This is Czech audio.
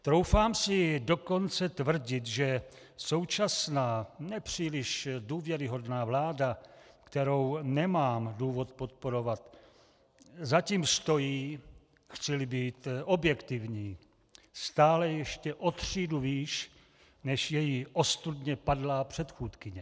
Troufám si dokonce tvrdit, že současná ne příliš důvěryhodná vláda, kterou nemám důvod podporovat, zatím stojí, chcili být objektivní, stále ještě o třídu výš než její ostudně padlá předchůdkyně.